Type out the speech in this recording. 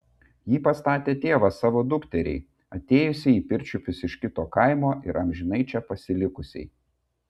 jį pastatė tėvas savo dukteriai atėjusiai į pirčiupius iš kito kaimo ir amžinai čia pasilikusiai